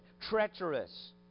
treacherous